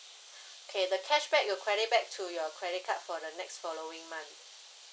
okay the cashback will credit back to your credit card for the next following month